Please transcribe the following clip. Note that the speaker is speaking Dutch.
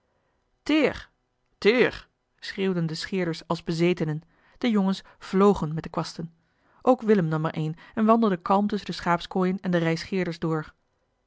teer schreeuwden de scheerders als bezetenen de jongens vlogen met de kwasten ook willem nam er een en wandelde kalm tusschen de schaapskooien en de rij scheerders door